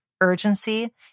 urgency